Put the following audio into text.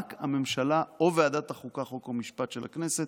אלה רק הממשלה או ועדת החוקה, חוק ומשפט של הכנסת.